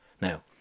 Now